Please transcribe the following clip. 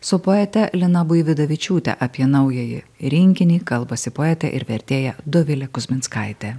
su poete lina buividavičiūte apie naująjį rinkinį kalbasi poetė ir vertėja dovilė kuzminskaitė